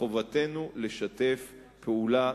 מחובתנו לשתף פעולה,